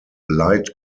light